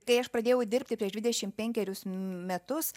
kai aš pradėjau dirbti prieš dvidešim penkerius metus